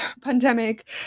pandemic